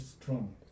strong